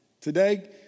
Today